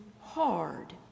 hard